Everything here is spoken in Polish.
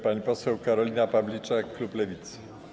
Pani poseł Karolina Pawliczak, klub Lewicy.